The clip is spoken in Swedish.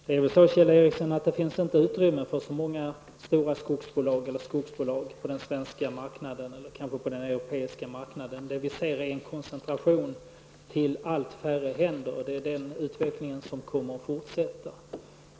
Fru talman! Det finns inte utrymme för så många stora skogsbolag på den svenska och europeiska marknaden, Kjell Ericsson. Vi ser nu en koncentration till allt färre händer, och det är en utveckling som kommer att fortsätta.